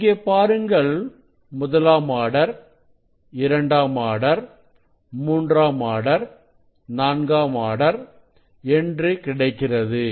இங்கே பாருங்கள் முதலாம் ஆர்டர் இரண்டாம் ஆர்டர் மூன்றாம் ஆர்டர் நான்காம் ஆர்டர் என்று கிடைக்கிறது